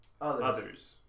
others